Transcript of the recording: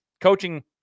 coaching